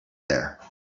there